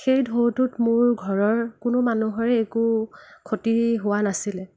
সেই ঢৌটোত মোৰ ঘৰৰ কোনো মানুহৰে একো ক্ষতি হোৱা নাছিল